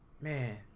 man